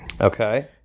Okay